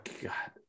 God